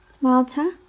Malta